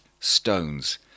stones